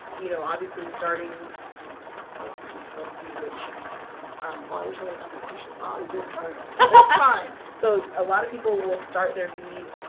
you know, obviously starting let's let's see which oh, i wish i would have got this question while it's doing the color and that's fine so a lot of people will start their bead